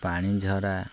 ପାଣି ଝରା